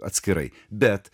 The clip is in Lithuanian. atskirai bet